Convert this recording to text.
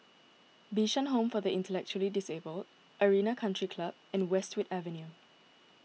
Bishan Home for the Intellectually Disabled Arena Country Club and Westwood Avenue